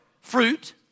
fruit